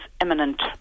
imminent